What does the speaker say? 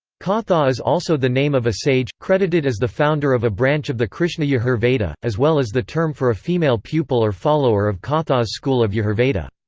katha is also the name of a sage, credited as the founder of a branch of the krishna yajur-veda, as well as the term for a female pupil or follower of kathas school of yajurveda.